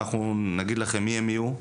אנחנו נגיד לכם מי הם יהיו,